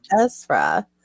Ezra